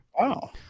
Wow